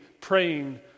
praying